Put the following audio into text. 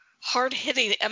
hard-hitting